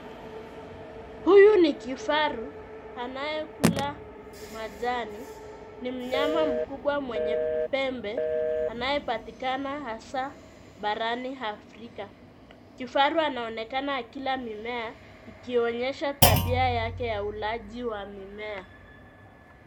Huyu ni kifaru anayekula majani. Ni mnyama mkubwa mwenye pembe anayepatikana hasaa barani Afrika. Kifaru anaonekana akila mimea ikionyesha tabia yake ya ulaji wa mimea.